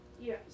Yes